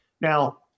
Now